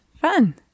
Fun